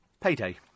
Payday